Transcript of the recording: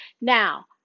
Now